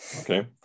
Okay